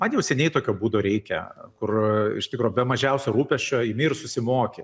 man jau seniai tokio būdo reikia kur iš tikro be mažiausio rūpesčio imi ir susimoki